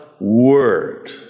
word